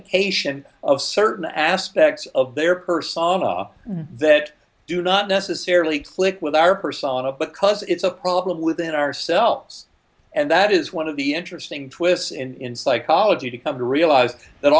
fixation of certain aspects of their person that do not necessarily click with our persona because it's a problem within ourselves and that is one of the interesting twists in psychology to come to realize that